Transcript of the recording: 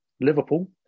Liverpool